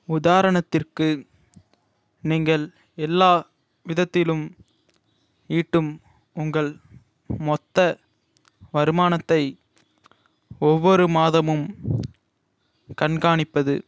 உதாரணத்திற்கு நீங்கள் எல்லா விதத்திலும் ஈட்டும் உங்கள் மொத்த வருமானத்தை ஒவ்வொரு மாதமும் கண்காணிப்பது